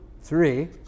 three